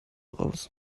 raus